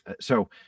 So-